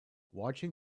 watching